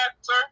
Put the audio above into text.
sir